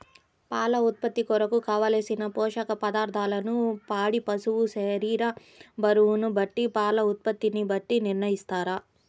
పాల ఉత్పత్తి కొరకు, కావలసిన పోషక పదార్ధములను పాడి పశువు శరీర బరువును బట్టి పాల ఉత్పత్తిని బట్టి నిర్ణయిస్తారా?